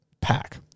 pack